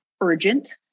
urgent